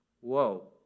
Whoa